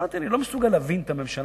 אמרתי שאני לא מסוגל להבין את הממשלה.